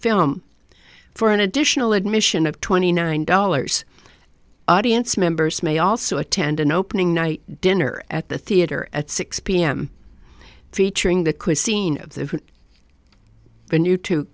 film for an additional admission of twenty nine dollars audience members may also attend an opening night dinner at the theater at six pm featuring the cuisine of the venue to